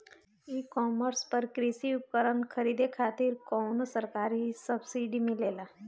ई कॉमर्स पर कृषी उपकरण खरीदे खातिर कउनो सरकारी सब्सीडी मिलेला?